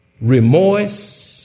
remorse